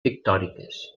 pictòriques